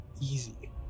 easy